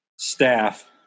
staff